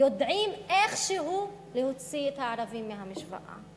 יודעים איכשהו להוציא את הערבים מהמשוואה.